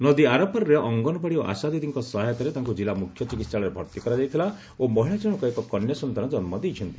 ନଦୀ ଆରପାରିରେ ଅଙ୍ଗନବାଡି ଓ ଆଶାଦିଦି ସହାୟତାରେ ତାଙ୍କୁ କିଲ୍ଲା ମୁଖ୍ୟ ଚିକିହାଳୟରେ ଭର୍ତ୍ତି କରାଯାଇଥିଲା ଓ ମହିଳା ଜଶକ ଏକ କନ୍ୟା ସନ୍ତାନ ଜନ୍ମ ଦେଇଛନ୍ତି